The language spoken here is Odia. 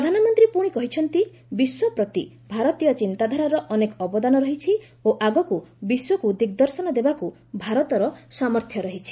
ପ୍ରଧାନମନ୍ତୀ ପୁଣି କହିଛନ୍ତି ବିଶ୍ୱ ପ୍ରତି ଭାରତୀୟ ଚିନ୍ତାଧାରାର ଅନେକ ଅବଦାନ ରହିଛି ଓ ଆଗକୁ ବିଶ୍ୱକୁ ଦିଗ୍ଦର୍ଶନ ଦେବାକୁ ଭାରତର ସାମର୍ଥ୍ୟ ରହିଛି